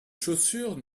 chaussures